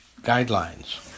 guidelines